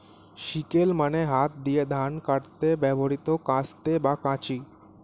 sickle মানে হাত দিয়ে ধান কাটতে ব্যবহৃত কাস্তে বা কাঁচি